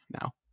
now